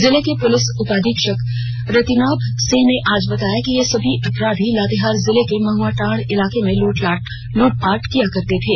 जिले के पुलिस उपाधीक्षक रतिभान सिंह ने आज बताया कि ये सभी अपराधी लातेहार जिले के महआडांड़ इलाके में लूटपाट किया करते थे